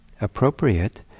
appropriate